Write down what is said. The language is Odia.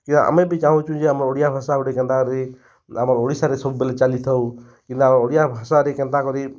କିଏ ଆମେ ବି ଚାହୁଁଛୁ ଯେ ଆମ ଓଡ଼ିଆ ଭାଷା ଗୋଟେ କେନ୍ତା କରି ଆମ ଓଡ଼ିଶାରେ ସବୁ ବେଲେ ଚାଲିଥାଉ ପିଲା ଓଡ଼ିଆ ଭାଷାରେ କେନ୍ତା କରି